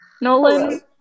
nolan